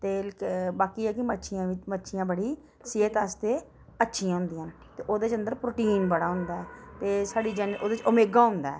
ते बाकी ऐ कि मच्छियां मच्छियां बड़ी सेह्त आस्तै अच्छियां होंदियां न ते ओह्दे च अंदर प्रोटीन बड़ा होंदा ऐ तो साढ़ी जन ओह्दे च ओमेगा होंदा ऐ